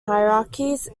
hierarchies